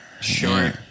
Sure